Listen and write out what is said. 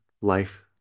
life